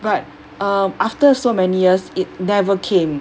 but um after so many years it never came